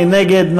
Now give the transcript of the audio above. מי נגד?